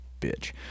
bitch